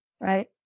right